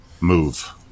move